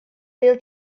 bêl